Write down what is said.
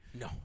No